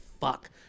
fuck